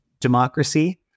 democracy